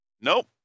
Nope